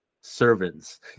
servants